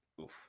Oof